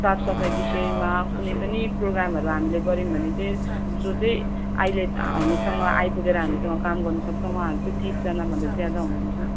साफ सफाइ विषयमा कुनै पनि प्रोगामहरू हामीले गर्यौँ भने चाहिँ जुन चाहिँ अहिले हामीसँग आइपुगेर हामीसँग काम गर्नु सक्छ उहाँहरू चाहिँ तिसजना भन्दा ज्यादा हुनु हुन्छ